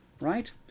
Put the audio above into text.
right